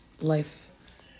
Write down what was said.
life